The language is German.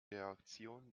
reaktion